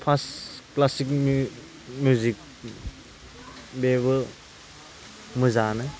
first classical music बेबो मोजांआनो